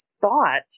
thought